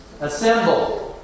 assemble